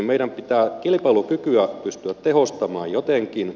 meidän pitää kilpailukykyä pystyä tehostamaan jotenkin